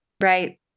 Right